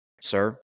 Sir